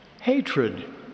hatred